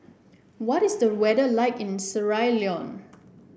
what is the weather like in Sierra Leone